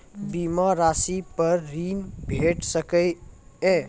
बीमा रासि पर ॠण भेट सकै ये?